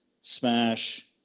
smash